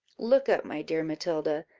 look up, my dear matilda!